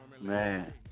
Man